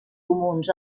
comuns